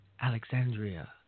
Alexandria